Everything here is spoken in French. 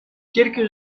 quelques